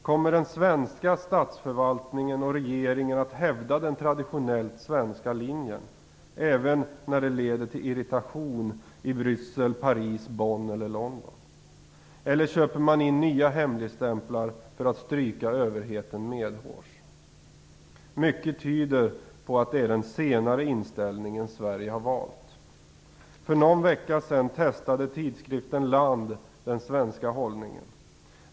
Kommer den svenska statsförvaltningen och regeringen att hävda den traditionellt svenska linjen även när det leder till irritation i Bryssel, Paris, Bonn eller London? Eller köper man in nya hemligstämplar för att stryka överheten medhårs? Mycket tyder på att det är den senare inställningen Sverige har valt. För någon vecka sedan testade tidskriften Land den svenska hållningen.